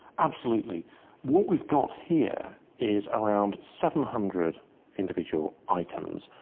absolutely what we've got here is around seven hundred individual items,